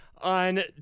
On